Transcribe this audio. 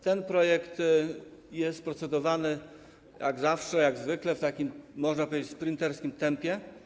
Ten projekt jest poddawany procedowaniu jak zawsze, jak zwykle w takim, można powiedzieć, sprinterskim tempie.